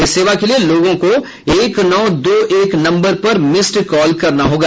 इस सेवा के लिए लोगों को एक नौ दो एक नम्बर पर मिस्ड कॉल करनी होगा